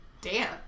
dance